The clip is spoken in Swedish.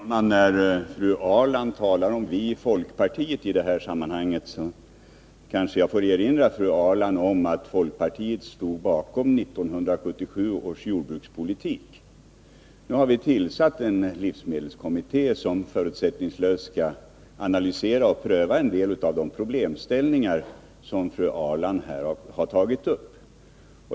Herr talman! När fru Ahrland talar om ”vi i folkpartiet” i det här sammanhanget kanske jag får erinra fru Ahrland om att folkpartiet stod bakom 1977 års jordbrukspolitik. Nu har vi tillsatt en livsmedelskommitté, som förutsättningslöst skall analysera och pröva en del av de problemställningar som fru Ahrland här har tagit upp.